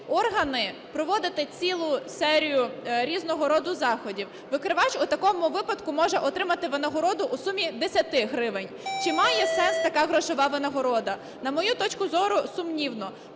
органи проводити цілу серію різного роду заходів. Викривач у такому випадку може отримати винагороду у сумі 10 гривень. Чи має сенс така грошова винагорода? На мою точку зору, сумнівно.